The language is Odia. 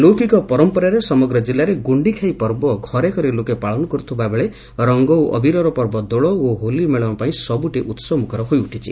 ଲୌକିକ ପରମ୍ପରାରେ ସମଗ୍ର ଜିଲ୍ଲାରେ ଗୁଖିଖାଇ ପର୍ବ ଘରେଘରେ ଲୋକେ ପାଳନ କରୁଥିବା ବେଳେ ରଙ୍ଙ ଓ ଅବିରର ପର୍ବ ଦୋଳ ଓ ହୋଲି ମେଳଶ ପାଇଁ ସବୁଠି ଉସବମ୍ପଖର ହୋଇଉଠିଛି